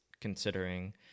considering